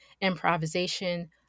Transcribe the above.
improvisation